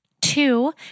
two